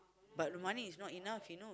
but the money is not enough he know